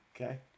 Okay